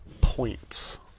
points